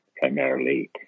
Primarily